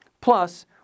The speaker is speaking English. plus